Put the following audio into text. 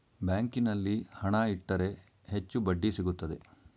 ಬ್ಯಾಂಕಿನಲ್ಲಿ ಹಣ ಇಟ್ಟರೆ ಹೆಚ್ಚು ಬಡ್ಡಿ ಸಿಗುತ್ತದೆ